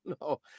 no